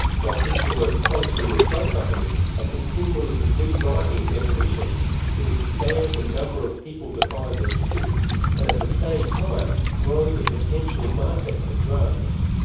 doctors who work closely with drug companies are ah continually re-writing definitions that expand the number of people defined as sick and at the same time grow the potential markets for drugs.